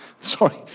sorry